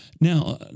Now